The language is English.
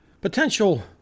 potential